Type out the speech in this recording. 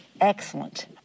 excellent